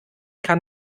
kann